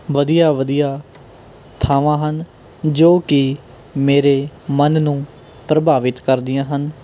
ਵਧੀਆ ਵਧੀਆ ਥਾਵਾਂ ਹਨ ਜੋ ਕੀ ਮੇਰੇ ਮਨ ਨੂੰ ਪ੍ਰਭਾਵਿਤ ਕਰਦੀਆਂ ਹਨ